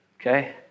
Okay